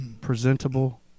presentable